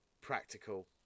practical